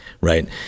right